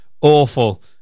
awful